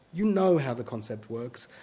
you know how the concept works.